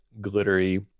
glittery